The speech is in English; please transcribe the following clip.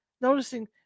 noticing